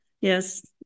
Yes